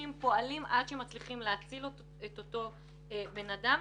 ופועלים עד שמצליחים להציל את אותו בן אדם.